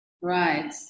Right